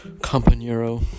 companero